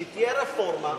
שתהיה רפורמה,